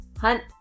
Hunt